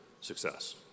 success